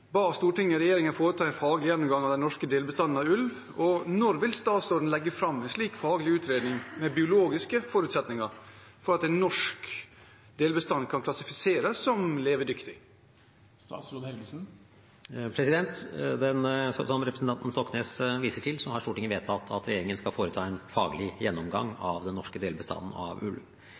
ba Stortinget regjeringen foreta en faglig gjennomgang av den norske delbestanden av ulv. Når vil statsråden legge fram en slik faglig utredning med biologiske forutsetninger for at en norsk delbestand kan klassifiseres som levedyktig?» Som representanten Per Espen Stoknes viser til, har Stortinget vedtatt at regjeringen skal foreta en faglig gjennomgang av den norske delbestanden av ulv.